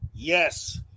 Yes